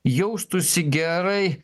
jaustųsi gerai